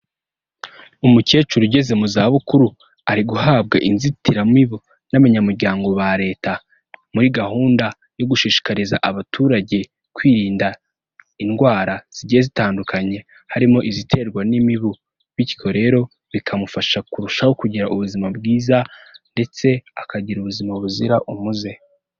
Umukecuru ugeze mu zabukuru ari guhabwa inzitiramibu n'abanyamuryango ba leta muri gahunda yo gushishikariza abaturage kwirinda indwara zigiye zitandukanye harimo iziterwa n'imibu bityo rero bikamufasha kurushaho kugira ubuzima bwiza ndetse akagira ubuzima buzira umuze.